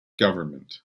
government